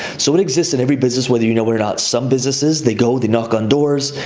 so it exists in every business. whether you know but it not. some businesses, they go, they knock on doors.